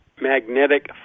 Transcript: magnetic